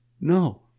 No